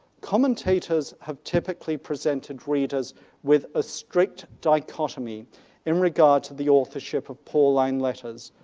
commentators have typically presented readers with a strict dichotomy in regard to the authorship of pauline letters.